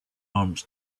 arms